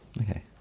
Okay